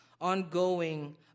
ongoing